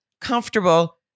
comfortable